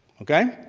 okay?